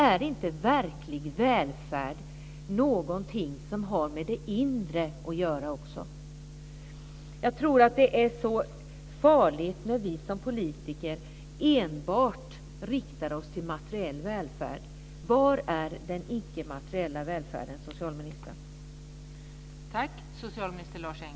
Är inte verklig välfärd någonting som har med det inre att göra också? Jag tror att det är farligt när vi som politiker enbart inriktar oss på materiell välfärd. Var är den ickemateriella välfärden, socialministern?